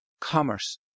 commerce